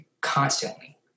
constantly